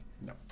No